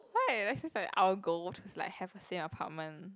right that's just like our goal just like have a same apartment